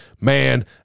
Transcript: Man